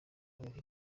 habeho